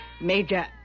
Major